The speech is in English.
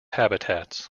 habitats